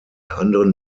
anderen